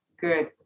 good